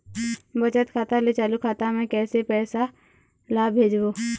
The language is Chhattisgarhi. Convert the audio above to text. बचत खाता ले चालू खाता मे कैसे पैसा ला भेजबो?